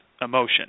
emotion